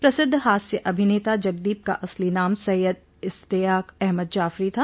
प्रसिद्ध हास्य अभिनेता जगदीप का असली नाम सैयद इश्तियाक अहमद जाफरी था